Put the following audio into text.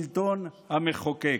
שלטון המחוקק.